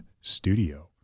studio